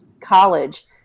college